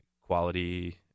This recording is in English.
quality